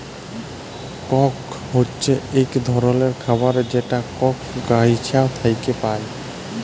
Coke হছে ইক ধরলের খাবার যেটা কোক গাহাচ থ্যাইকে পায়